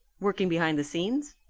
working behind the scenes,